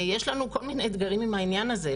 יש לנו כל מיני אתגרים עם העניין הזה,